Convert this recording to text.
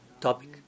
topic